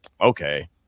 okay